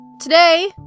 Today